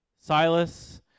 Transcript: Silas